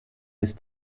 ist